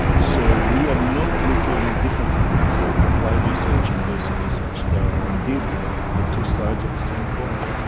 so we are not looking differently at applied research and basic research, they are indeed the two sides of the same coin.